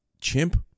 chimp